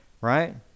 right